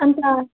अन्त